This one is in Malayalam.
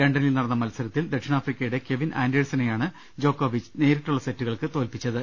ലണ്ടനിൽ നടന്ന മത്സരത്തിൽ ദക്ഷി ണാഫ്രിക്കയുടെ കെവിൻ ആൻഡേഴ്സണെയാണ് ജോക്കോവിച്ച് നേരി ട്ടുള്ള സെറ്റുകൾക്ക് തോല്പിച്ചത്